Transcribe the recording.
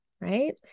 right